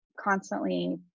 constantly